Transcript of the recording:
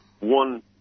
one